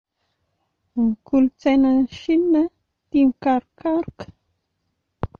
Ny kolotsaina any Chine tia mikarokaroka